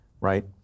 right